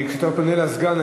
כשאתה פונה לסגן,